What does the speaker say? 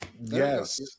Yes